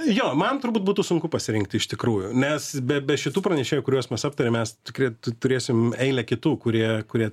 jo man turbūt būtų sunku pasirinkti iš tikrųjų mes be be šitų pranešėjų kuriuos mes aptarėm mes tikrai turėsim eilę kitų kurie kurie